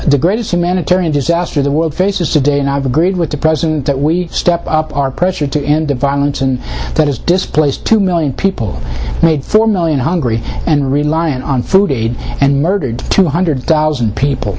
the greatest humanitarian disaster the world faces today and i've agreed with the president that we step up our pressure to end the violence and that has displaced two million people made four million hungry and reliant on food aid and murdered two hundred thousand people